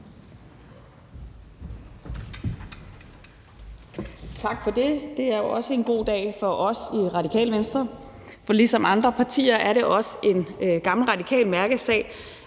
Tak for det. Det er jo også en god dag for os i Radikale Venstre, for ligesom det er for andre partier, er det også en gammel radikal mærkesag